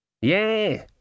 Yeah